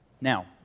Now